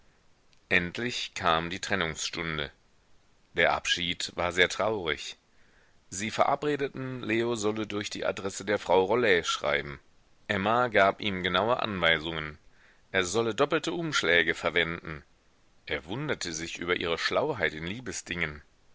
endlich kam die trennungsstunde der abschied war sehr traurig sie verabredeten leo solle durch die adresse der frau rollet schreiben emma gab ihm genaue anweisungen er solle doppelte umschläge verwenden er wunderte sich über ihre schlauheit in